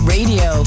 Radio